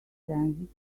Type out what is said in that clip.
sensitive